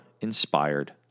inspired